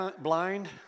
blind